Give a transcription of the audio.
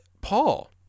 Paul